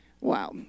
Wow